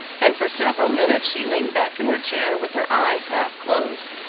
and for several minutes she leaned back in her chair with her eyes half-closed.